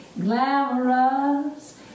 glamorous